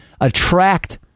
attract